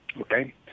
okay